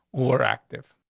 war active.